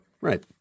Right